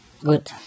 Good